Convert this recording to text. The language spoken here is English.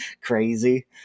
crazy